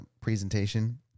presentation